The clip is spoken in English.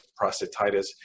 prostatitis